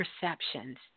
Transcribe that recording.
perceptions